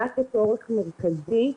עלה כצורך מרכזי,